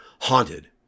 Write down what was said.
Haunted